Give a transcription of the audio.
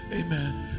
Amen